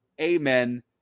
Amen